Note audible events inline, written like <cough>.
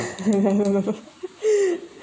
<laughs>